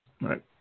Right